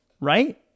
right